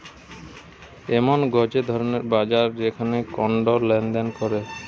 এমন গটে ধরণের বাজার যেখানে কন্ড লেনদেন করে